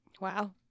Wow